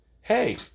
hey